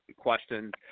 questions